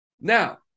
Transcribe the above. Now